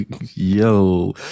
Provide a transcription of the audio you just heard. Yo